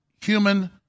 human